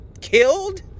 killed